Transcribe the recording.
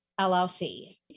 LLC